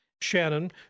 Shannon